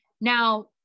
Now